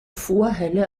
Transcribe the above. vorhalle